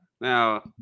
Now